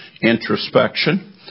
introspection